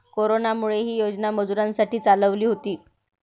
कोरोनामुळे, ही योजना मजुरांसाठी चालवली होती